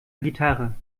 gitarre